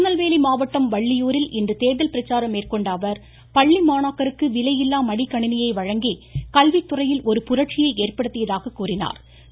திருநெல்வேலி மாவட்டம் வள்ளியூரில் இன்று தேர்தல் பிரச்சாரம் மேற்கொண்ட பள்ளி மாணாக்கருக்கு விலையில்லா மடிக்கணினியை அவர் வழங்கி கல்வித்துறையில் ஒரு புரட்சியை ஏற்படுத்தியதாக கூறினாா்